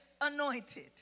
anointed